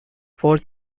for